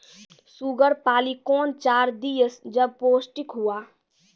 Sugar पाली कौन चार दिय जब पोस्टिक हुआ?